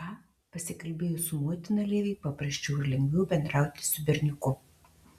ką pasikalbėjus su motina leviui paprasčiau ir lengviau bendrauti su berniuku